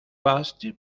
vaste